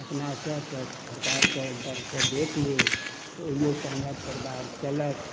अपना सँ तऽ सरकार के दर सँ बेच लेब तऽ ओहिसँ हमरा परिवार चलत